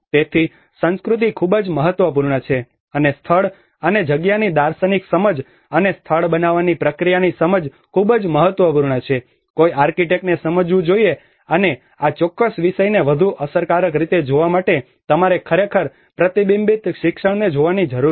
તેથી સંસ્કૃતિ ખૂબ જ મહત્વપૂર્ણ છે અને સ્થળ અને જગ્યાની દાર્શનિક સમજ અને સ્થળ બનાવવાની પ્રક્રિયાની સમજ ખૂબ જ મહત્વપૂર્ણ છે કે કોઈ આર્કિટેક્ટને સમજવું જોઈએ અને આ ચોક્કસ વિષયને વધુ અસરકારક રીતે જોવા માટે તમારે ખરેખર પ્રતિબિંબિત શિક્ષણને જોવાની જરૂર છે